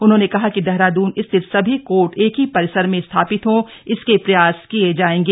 उन्होंने कहा कि देहरादून स्थित सभी कोर्ट एक ही परिसर में स्थापित हों इसके प्रयास किये जायेंगे